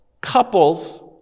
couples